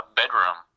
bedroom